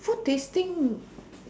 food tasting